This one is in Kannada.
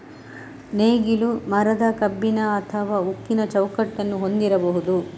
ನೇಗಿಲು ಮರದ, ಕಬ್ಬಿಣ ಅಥವಾ ಉಕ್ಕಿನ ಚೌಕಟ್ಟನ್ನು ಹೊಂದಿರಬಹುದು